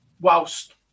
whilst